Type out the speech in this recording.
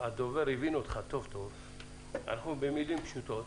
אנחנו במלים פשוטות